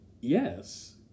yes